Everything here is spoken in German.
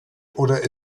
oder